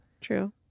True